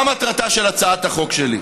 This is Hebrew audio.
מה מטרתה של הצעת החוק שלי?